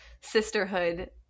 sisterhood